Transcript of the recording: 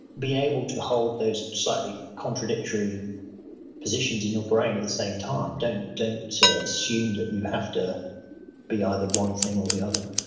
be able to hold those slightly contradictory positions in your brain at the same time. don't don't assume that you have to be either one thing or the other.